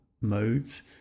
modes